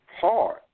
hard